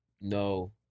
No